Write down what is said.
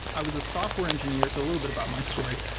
i was a software engineer. so a little bit about my story.